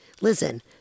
listen